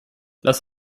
lass